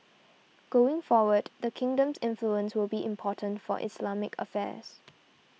going forward the kingdom's influence will be important for Islamic affairs